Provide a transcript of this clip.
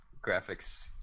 graphics